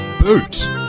boot